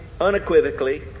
unequivocally